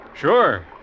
Sure